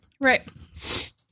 right